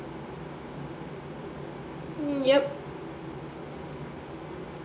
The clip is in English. mm yup